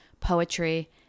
Poetry